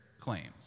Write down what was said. claims